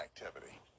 activity